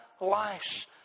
lives